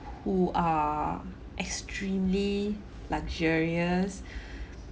who are extremely luxurious